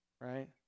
right